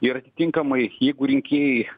ir atitinkamai jeigu rinkėjai